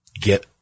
get